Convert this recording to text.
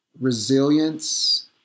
resilience